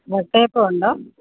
വട്ടയപ്പമുണ്ടോ